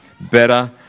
better